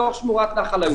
לשמורת נחל עיון.